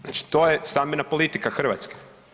Znači to je stambena politika Hrvatske.